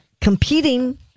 competing